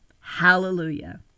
Hallelujah